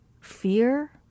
Fear